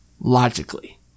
logically